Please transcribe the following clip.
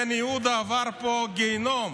בן יהודה עבר פה גיהינום,